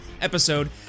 episode